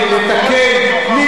הממשלה פעלה נכון,